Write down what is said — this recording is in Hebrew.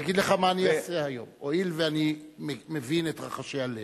אני אגיד לך מה אני אעשה היום: הואיל ואני מבין את רחשי הלב,